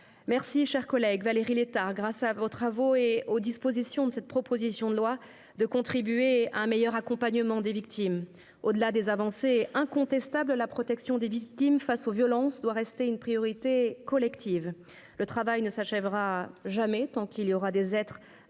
remercie de contribuer, grâce à vos travaux et aux dispositions de cette proposition de loi, à un meilleur accompagnement des victimes. Au-delà de ces avancées incontestables, la protection des victimes face aux violences doit rester une priorité collective. Le travail ne s'achèvera jamais tant qu'il y aura des êtres atteints